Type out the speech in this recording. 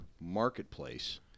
marketplace